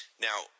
Now